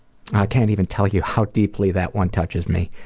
i can't even tell you how deeply that one touches me.